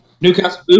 Newcastle